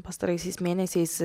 pastaraisiais mėnesiais